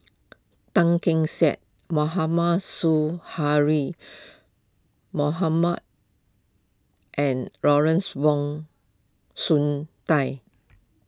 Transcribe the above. Tan Keong Saik Mohamad Su hurry Mohamad and Lawrence Wong Shyun Dai